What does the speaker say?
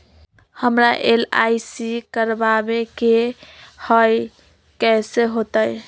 हमरा एल.आई.सी करवावे के हई कैसे होतई?